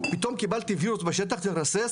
פתאום קיבלתי --- בשטח לרסס,